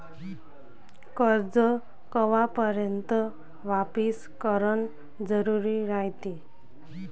कर्ज कवापर्यंत वापिस करन जरुरी रायते?